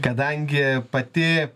kadangi pati